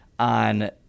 on